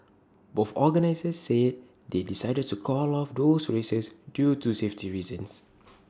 both organisers said they decided to call off those races due to safety reasons